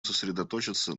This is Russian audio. сосредоточиться